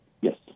Yes